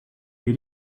they